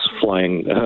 flying